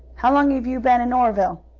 how long have you been in oreville?